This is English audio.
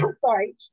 sorry